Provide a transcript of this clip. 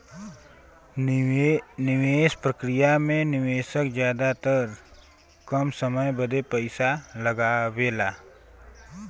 निवेस प्रक्रिया मे निवेशक जादातर कम समय बदे पइसा लगावेला